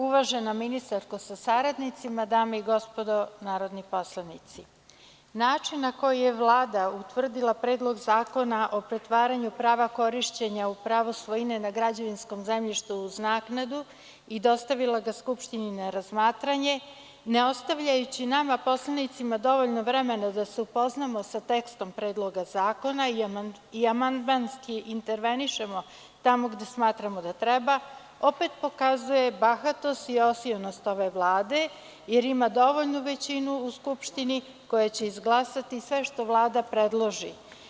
Uvažena ministarko sa saradnicima, dame i gospodo narodni poslanici, način na koji je Vlada utvrdila Predlog zakona o pretvaranju prava korišćenja u pravo svojine na građevinskom zemljištu uz naknadu i dostavila ga Skupštini na razmatranje ne ostavljajući nama poslanicima dovoljno vremena da se upoznamo sa tekstom Predloga zakona i amandmanski intervenišemo tamo gde smatramo da treba, opet pokazuje bahatost i osilnost ove Vlade jer ima dovoljnu većinu u Skupštini koje će izglasati sve što Vlada predloži.